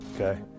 okay